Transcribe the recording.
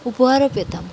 উপহারও পেতাম